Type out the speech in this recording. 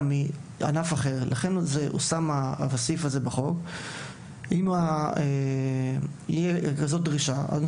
והסעיף הזה הושם בחוק למקרה שבו תהיה כזו פנייה מענף אחר בעתיד.